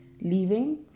leaving